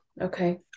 Okay